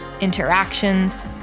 interactions